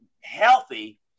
Healthy